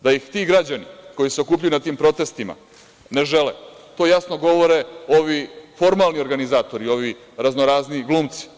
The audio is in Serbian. Da ih ti građani koji se okupljaju na tim protestima ne žele, to jasno govore ovi formalni organizatori, ovi raznorazni glumci.